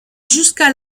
jusqu’à